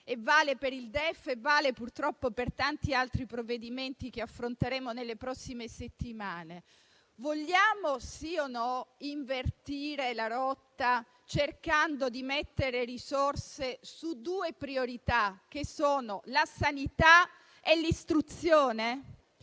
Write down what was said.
e vale per il DEF e vale purtroppo per tanti altri provvedimenti che affronteremo nelle prossime settimane: vogliamo sì o no invertire la rotta, cercando di stanziare risorse su due priorità, che sono la sanità e l'istruzione?